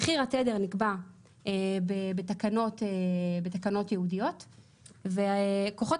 מחיר התדר נקבע בתקנות ייעודיות וכוחות